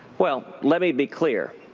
well, let me be clear,